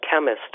chemist